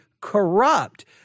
corrupt